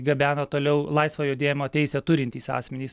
gabena toliau laisvą judėjimo teisę turintys asmenys